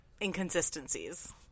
inconsistencies